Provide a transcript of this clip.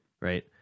Right